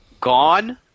gone